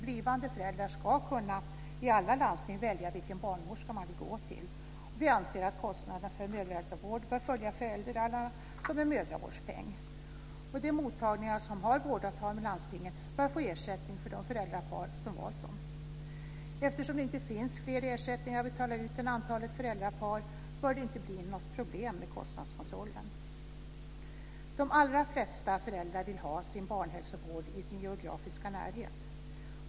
Blivande föräldrar i alla landsting ska kunna välja vilken barnmorska de ska gå till. Vi anser att kostnaderna för mödrahälsovård bör följa föräldrarna, som en mödravårdspeng. De mottagningar som har vårdavtal med landstinget bör få ersättning för de föräldrapar som har valt dem. Eftersom det inte finns fler ersättningar att betala ut än antalet föräldrapar bör det inte bli något problem med kostnadskontrollen. De allra flesta föräldrar vill ha sin barnhälsovård i sin geografiska närhet.